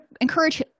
encourage